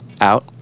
out